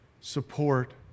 support